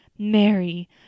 Mary